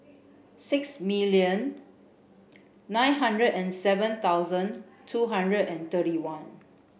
six million nine hundred and seven thousand two hundred and thirty one